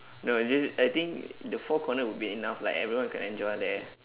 no it's just I think the four corner will be enough like everyone can enjoy there